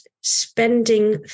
spending